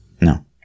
no